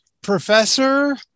professor